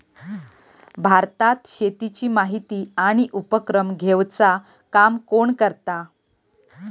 भारतात शेतीची माहिती आणि उपक्रम घेवचा काम कोण करता?